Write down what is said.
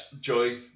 Joy